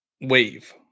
wave